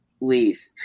leave